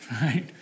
Right